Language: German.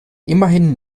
immerhin